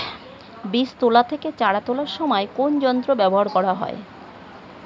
বীজ তোলা থেকে চারা তোলার সময় কোন যন্ত্র ব্যবহার করা হয়?